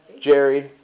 Jerry